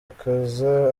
akaza